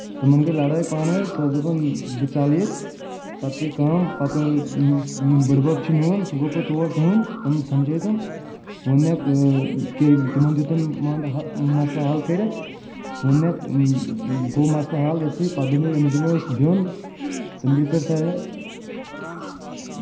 تِمن گٔے لَڑٲے پانہٕ ؤنۍ سۄ ٲسۍ دَپان بہٕ ژَلہٕ ییٚتہِ پَتہٕ گٔے کٲم پَتہٕ یُس بٔڑِبب چھُ میوٚن سُہ گوٚو پَتہٕ تور تُہنٛد تٔمۍ سمجٲو تِم ووٚنکھ کہِ تِمن دیُت تٔمۍ مان مسلہٕ حل کٔرِتھ ووٚنکھ گوٚو مسلہٕ حل أتھۍ سۭتۍ پَتہٕ دوٚپ أمِس دِمو أسۍ بیوٚن تِم بیٖٹھ پَتہٕ